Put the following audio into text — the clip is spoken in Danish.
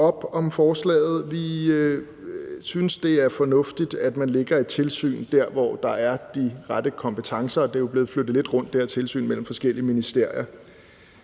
op om forslaget. Vi synes, det er fornuftigt, at man lægger et tilsyn der, hvor der er de rette kompetencer, og det her tilsyn er jo blevet flyttet lidt rundt mellem forskellige ministerier.